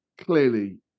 Clearly